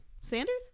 Sanders